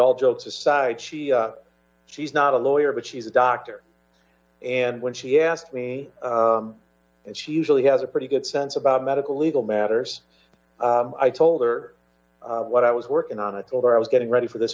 all jokes aside she she's not a lawyer but she's a doctor and when she asked me and she usually has a pretty good sense about medical legal matters i told her what i was working on its over i was getting ready for this